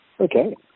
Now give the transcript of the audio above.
Okay